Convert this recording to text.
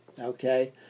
okay